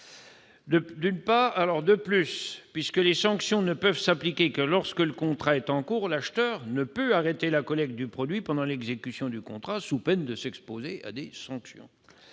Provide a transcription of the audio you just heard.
et distributeurs. De plus, les sanctions ne pouvant s'appliquer que lorsque le contrat est en cours, l'acheteur ne peut arrêter la collecte du produit pendant l'exécution du contrat, sous peine de s'exposer à des sanctions.